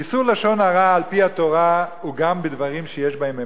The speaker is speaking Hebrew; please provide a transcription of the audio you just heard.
איסור לשון הרע על-פי התורה הוא גם בדברים שיש בהם אמת,